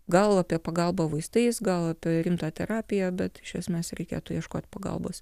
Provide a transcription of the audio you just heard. gal apie pagalbą vaistais gal apie rimtą terapiją bet iš esmės reikėtų ieškoti pagalbos